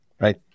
right